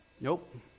Nope